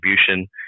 distribution